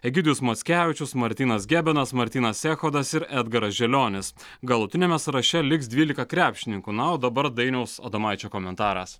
egidijus mockevičius martynas gebenas martynas echodas ir edgaras želionis galutiniame sąraše liks dvylika krepšininkų na o dabar dainiaus adomaičio komentaras